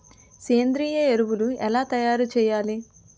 సేంద్రీయ ఎరువులు ఎలా తయారు చేయాలి?